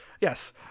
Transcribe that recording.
Yes